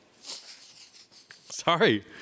Sorry